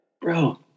bro